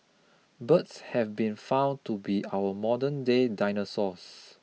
birds have been found to be our modern-day dinosaurs